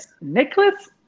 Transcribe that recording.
Nicholas –